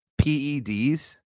PEDs